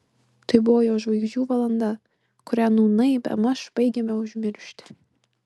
tai buvo jo žvaigždžių valanda kurią nūnai bemaž baigiame užmiršti